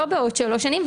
לא בעוד 3 שנים,